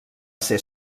ser